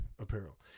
apparel